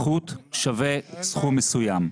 שווה סכום מסוים,